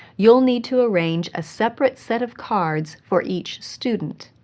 you'll need to arrange a separate set of cards for each student.